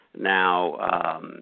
Now